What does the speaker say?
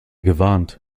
gewarnt